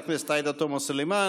חברי הכנסת עאידה תומא סלימאן,